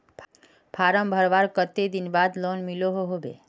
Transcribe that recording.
Form भरवार कते दिन बाद लोन मिलोहो होबे?